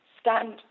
stand